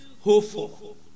hopeful